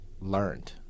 learned